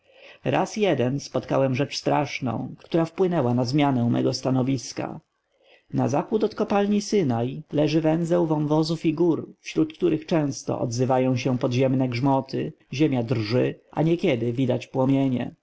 raz jednak spotkałem rzecz straszną która wpłynęła na zmianę mego stanowiska na zachód od kopalni synai leży węzeł wąwozów i gór wśród których często odzywają się podziemne grzmoty ziemia drży a niekiedy widać płomienie